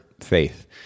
faith